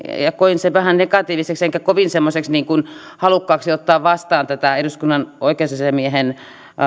ja koin sen vähän negatiiviseksi enkä kovin halukkaaksi ottaa vastaan tätä eduskunnan oikeusasiamiehen